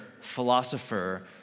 philosopher